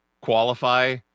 qualify